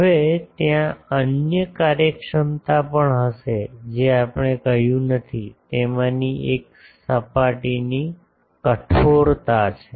હવે ત્યાં અન્ય કાર્યક્ષમતા પણ હશે જે આપણે કહ્યું નથી તેમાંથી એક સપાટીની કઠોરતા છે